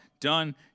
Done